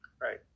right